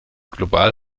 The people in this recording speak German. global